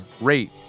Rate